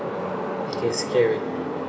okay scary